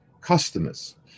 customers